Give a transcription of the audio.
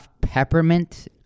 peppermint